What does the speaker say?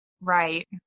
Right